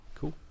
Cool